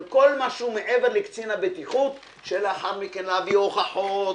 של כל מה שהוא מעבר לקצין הבטיחות של לאחר מכן להביא הוכחות,